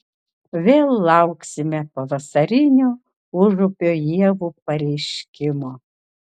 vėl lauksime pavasarinio užupio ievų pareiškimo